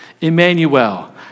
Emmanuel